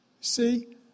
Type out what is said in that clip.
see